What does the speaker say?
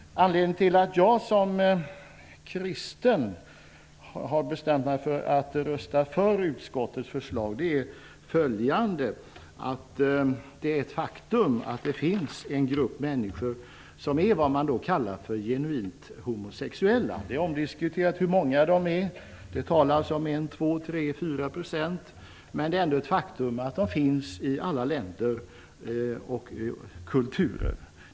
Anledningen till att jag såsom kristen har bestämt mig för att rösta för utskottets förslag är det faktum att det finns en grupp människor, som är vad man kallar genuint homosexuella. Det är omdiskuterat hur många de är. Det har talats om 1--4 %, men det är ett faktum att de finns i alla länder och kulturer.